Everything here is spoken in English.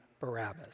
Barabbas